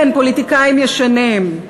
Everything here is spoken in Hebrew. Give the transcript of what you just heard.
כן, פוליטיקאים ישנים,